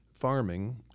farming